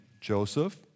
Joseph